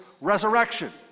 resurrection